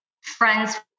friends